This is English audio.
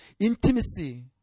Intimacy